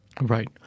Right